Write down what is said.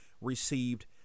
received